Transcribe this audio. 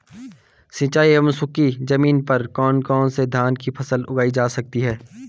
सिंचाई एवं सूखी जमीन पर कौन कौन से धान की फसल उगाई जा सकती है?